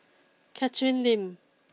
Catherine Lim